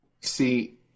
See